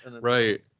right